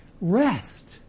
rest